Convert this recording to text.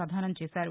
ప్రపదానం చేశారు